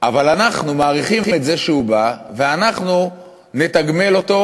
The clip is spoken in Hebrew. אבל אנחנו מעריכים את זה שהוא בא ואנחנו נתגמל אותו,